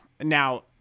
Now